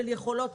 של יכולות,